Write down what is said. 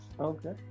Okay